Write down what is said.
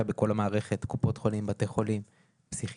בכל המערכת קופות חולים ובתי חולים פסיכיאטרים,